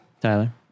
Tyler